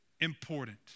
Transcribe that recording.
important